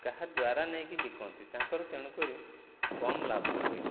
କାହାଦ୍ଵାରା ନେଇକି ବିକନ୍ତି ତାଙ୍କର ତେଣୁ କରି କମ୍ ଲାଭ ହୁଏ